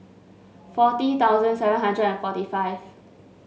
forty thousand seven hundred and forty five